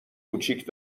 کوچیک